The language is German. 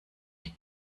die